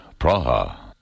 Praha